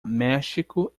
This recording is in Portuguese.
méxico